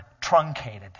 truncated